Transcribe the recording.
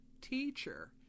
teacher